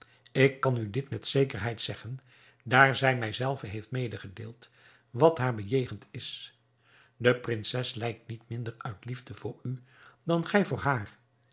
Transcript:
ik kan u dit met zekerheid zeggen daar zij mij zelve heeft medegedeeld wat haar bejegend is de prinses lijdt niet minder uit liefde voor u dan gij voor haar